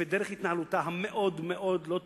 לפי דרך התנהלותה המאוד-מאוד לא תקינה,